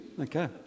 Okay